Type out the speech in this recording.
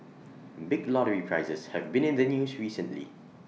big lottery prizes have been in the news recently